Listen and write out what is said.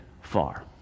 far